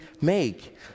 make